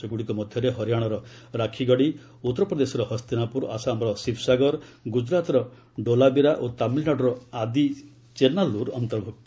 ସେଗୁଡ଼ିକ ମଧ୍ୟରେ ହରିୟାଣାର ରାକ୍ଷୀଗଡ଼ି ଉତ୍ତର ପ୍ରଦେଶର ହସ୍ତିନାପୁର ଆସାମର ଶିବସାଗର ଗୁଜୁରାତ୍ର ଡୋଲାବିରା ଓ ତାମିଲ୍ନାଡୁର ଆଦିଚନାଲ୍ଲର୍ ଅନ୍ତର୍ଭୁକ୍ତ